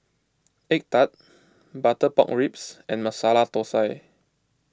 Egg Tart Butter Pork Ribs and Masala Thosai